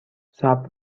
صبر